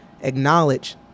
acknowledge